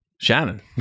Shannon